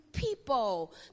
people